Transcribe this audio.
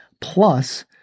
plus